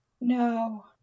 No